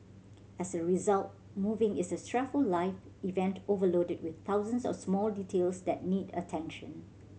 as a result moving is a stressful life event overloaded with thousands of small details that need attention